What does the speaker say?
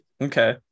okay